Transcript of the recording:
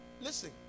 listen